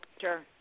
Sure